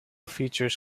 features